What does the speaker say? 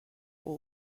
all